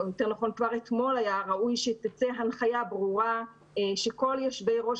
או יותר נכון כבר אתמול היה ראוי שתצא הנחיה ברורה שכל יושבי ראש